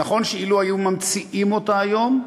נכון שלו המציאו אותה היום,